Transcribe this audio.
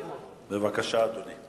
בבקשה, אדוני.